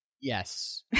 Yes